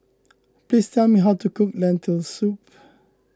please tell me how to cook Lentil Soup